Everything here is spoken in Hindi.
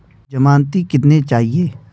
ज़मानती कितने चाहिये?